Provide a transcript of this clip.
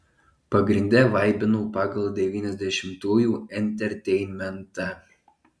pagrinde vaibinau pagal devyniasdešimtųjų enterteinmentą